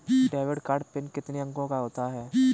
Debit card PIN कितने अंकों का होता है?